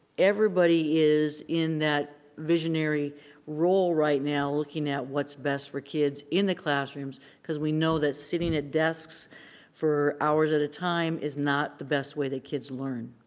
everybody is in that visionary role right now looking at what's best for kids in the classrooms because we know that sitting at desks for hours at a time is not the best way that kids learn.